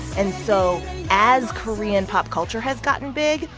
and so as korean pop culture has gotten big,